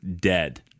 dead